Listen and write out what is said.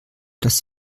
das